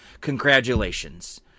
Congratulations